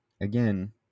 again